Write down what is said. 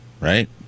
Right